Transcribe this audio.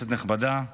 כנסת נכבדה,